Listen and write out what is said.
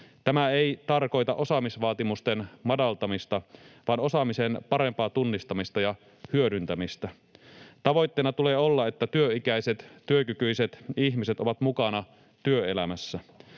Tämä ei tarkoita osaamisvaatimusten madaltamista vaan osaamisen parempaa tunnistamista ja hyödyntämistä. Tavoitteena tulee olla, että työikäiset, työkykyiset ihmiset ovat mukana työelämässä.